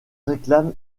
réclame